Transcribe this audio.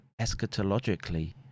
eschatologically